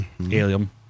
Alien